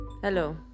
Hello